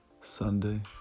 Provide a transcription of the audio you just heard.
Sunday